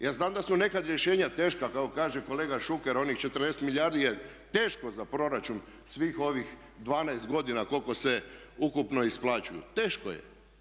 Ja znam da su neka rješenja teška kako kaže kolega Šuker onih 40 milijardi je teško za proračun svih ovih 12 godina koliko se ukupno isplaćuju, teško je.